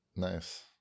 Nice